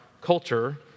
culture